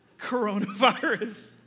Coronavirus